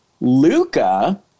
Luca